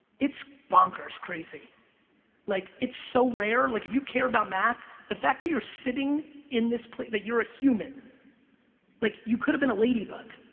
it's bonkers crazy like it's so rare. like if you care about math the fact that you're sitting in this plate that you're a human like you could have been a ladybug